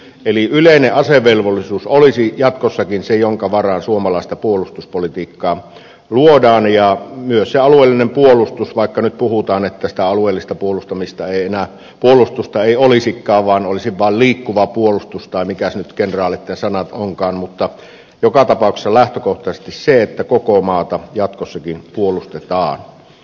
eli yleinen asevelvollisuus olisi jatkossakin se jonka varaan suomalaista puolustuspolitiikkaa luodaan ja myös se alueellinen puolustus vaikka nyt puhutaan että alueellista puolustusta ei enää olisikaan vaan olisi vain liikkuva puolustus vai mitkä ne kenraaleitten sanat nyt ovatkaan mutta joka tapauksessa lähtökohtaisesti se että koko maata jatkossakin puolustetaan